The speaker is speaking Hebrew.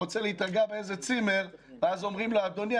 רוצה להיתקע באיזה צימר ואז אומרים לו: אדוני,